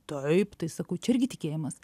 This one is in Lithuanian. taip tai sakau čia irgi tikėjimas